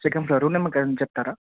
second floor room number కానీ చెప్తారా